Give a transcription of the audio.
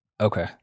Okay